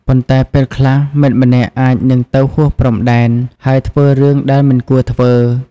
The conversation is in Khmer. ប៉ុន្តែពេលខ្លះ មិត្តម្នាក់អាចនឹងទៅហួសព្រំដែន ហើយធ្វើរឿងដែលមិនគួរធ្វើ។